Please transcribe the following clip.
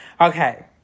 Okay